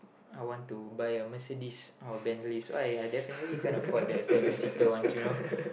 I want to buy a Mercedes or a Bentley so I I definitely can't afford the seven seater ones you know